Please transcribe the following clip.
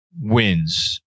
wins